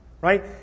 right